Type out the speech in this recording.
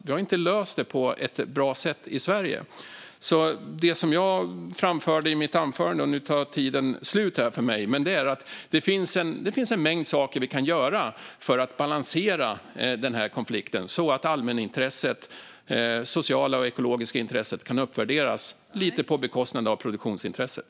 Vi har inte löst det på ett bra sätt i Sverige. Det jag framförde i mitt anförande är att det finns en mängd saker vi kan göra för att balansera den här konflikten så att allmänintresset, det sociala och ekologiska intresset, kan uppvärderas lite på bekostnad av produktionsintresset.